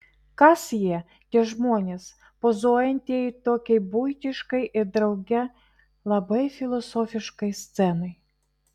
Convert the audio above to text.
kas jie tie žmonės pozuojantieji tokiai buitiškai ir drauge labai filosofiškai scenai